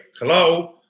Hello